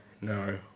no